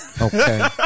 Okay